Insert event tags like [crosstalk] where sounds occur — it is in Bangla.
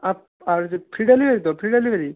[unintelligible] আর [unintelligible] ফ্রি ডেলিভারি তো ফ্রি ডেলিভারি